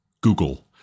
Google